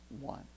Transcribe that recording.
One